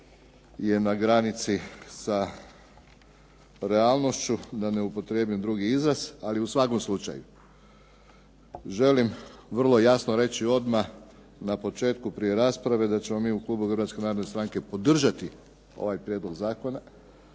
je na granici sa realnošću da ne upotrijebim drugi izraz. Ali u svakom slučaju želim vrlo jasno reći odmah na početku prije rasprave da ćemo mi u klubu HNS-a podržati ovaj prijedlog zakona